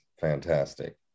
fantastic